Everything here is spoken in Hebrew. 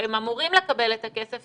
הם אמורים לקבל את הכסף,